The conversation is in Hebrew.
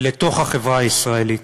לתוך החברה הישראלית.